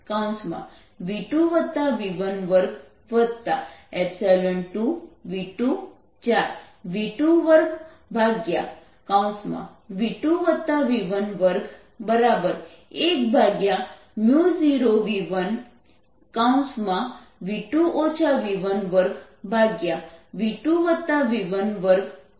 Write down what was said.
આ 10v1 v2v12v2 v124v2v1 ની બરાબર છે